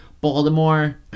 Baltimore